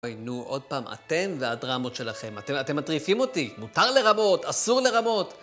היינו עוד פעם, אתם והדרמות שלכם. אתם מטריפים אותי, מותר לרמות, אסור לרמות.